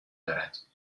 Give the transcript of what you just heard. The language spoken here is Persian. دارد